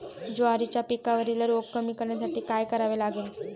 ज्वारीच्या पिकावरील रोग कमी करण्यासाठी काय करावे लागेल?